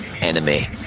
enemy